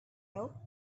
raop